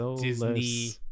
disney